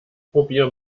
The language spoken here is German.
probier